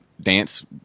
dance